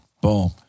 boom